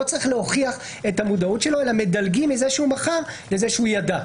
לא צריך להוכיח את המודעות שלו אלא מדלגים מזה שהוא מכר לזה שהוא ידע.